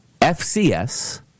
FCS